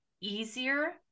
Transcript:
easier